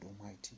Almighty